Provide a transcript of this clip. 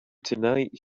tonight